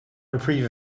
reprieve